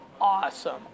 awesome